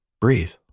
breathe